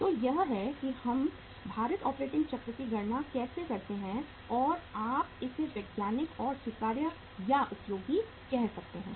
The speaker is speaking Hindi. तो यह है कि हम भारित ऑपरेटिंग चक्र की गणना कैसे करते हैं और आप इसे वैज्ञानिक या स्वीकार्य या उपयोगी कह सकते हैं